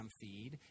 feed